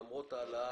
למרות ההעלאה